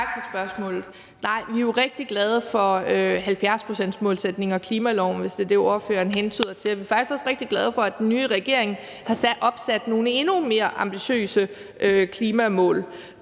Tak for spørgsmålet. Nej, vi er jo rigtig glade for 70-procentsmålsætningen og klimaloven, hvis det er det, ordføreren hentyder til, og vi er faktisk også rigtig glade for, at den nye regering har opsat nogle endnu mere ambitiøse klimamål.